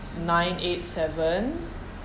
nine eight seven